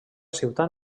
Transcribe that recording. ciutat